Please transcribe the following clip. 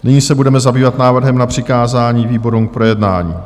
Nyní se budeme zabývat návrhem na přikázání výborům k projednání.